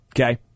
Okay